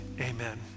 amen